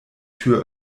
tür